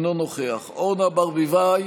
אינו נוכח אורנה ברביבאי,